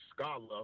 scholar